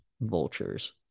vultures